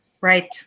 Right